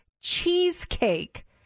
cheesecake